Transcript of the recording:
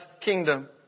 kingdom